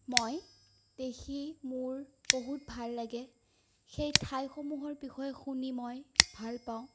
মই দেখি মোৰ বহুত ভাল লাগে সেই ঠাইসমূহৰ বিষয়ে শুনি মই ভাল পাওঁ